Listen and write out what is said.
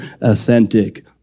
authentic